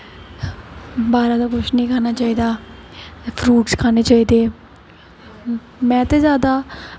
बाह्र दा किश निं खाना चाहिदा फ्रूटस खाने चाहिदे में ते जैदा